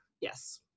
Yes